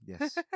Yes